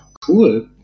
cool